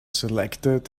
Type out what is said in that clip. selected